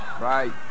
right